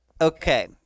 Okay